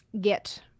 get